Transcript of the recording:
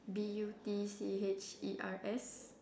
B U T C H E R S